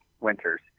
winters